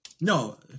No